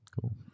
cool